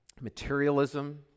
materialism